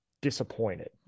disappointed